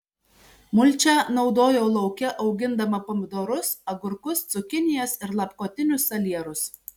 mulčią naudojau lauke augindama pomidorus agurkus cukinijas ir lapkotinius salierus